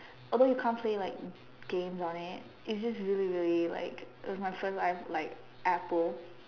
although you can't play like games on it it's just like really really like it's my first iPhone like apple